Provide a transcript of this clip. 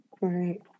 right